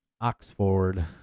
Oxford